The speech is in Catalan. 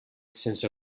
sense